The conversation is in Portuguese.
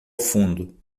fundo